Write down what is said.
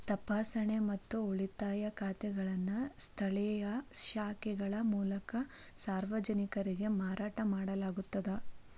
ತಪಾಸಣೆ ಮತ್ತು ಉಳಿತಾಯ ಖಾತೆಗಳನ್ನು ಸ್ಥಳೇಯ ಶಾಖೆಗಳ ಮೂಲಕ ಸಾರ್ವಜನಿಕರಿಗೆ ಮಾರಾಟ ಮಾಡಲಾಗುತ್ತದ